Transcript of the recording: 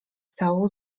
całą